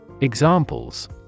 Examples